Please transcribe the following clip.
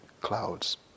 clouds